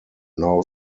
now